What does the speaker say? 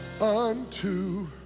unto